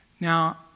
Now